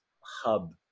hub